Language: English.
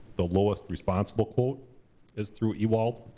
the lowest responsible quote is through ewald.